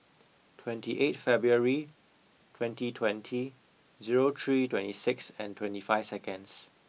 twenty eighth February twenty twenty zero three twenty six and twenty five seconds